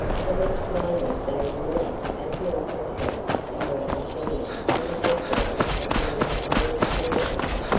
the next moment they drew up at the opera house and were ushered in with a deference accorded only to wealth.